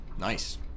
Nice